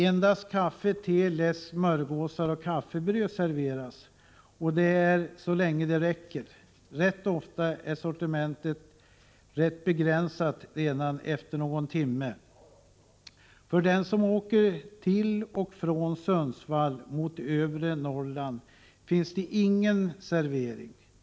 Endast kaffe, te, läsk, smörgåsar och kaffebröd serveras, och då bara så länge det räcker. Ganska ofta är sortimentet begränsat redan efter någon timme. För dem i övre Norrland som åker till och från Sundsvall finns det ingen servering.